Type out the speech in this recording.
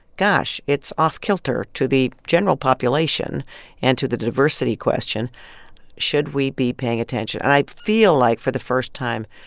gosh, it's off-kilter to the general population and to the diversity question should we be paying attention? and i feel like, for the first time,